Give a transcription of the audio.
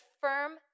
firm